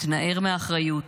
מתנער מאחריות